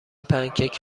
پنکیک